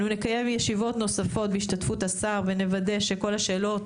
אנו נקיים ישיבות נוספות בהשתתפות השר ונוודא שכל השאלות,